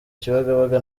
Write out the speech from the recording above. kibagabaga